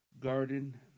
garden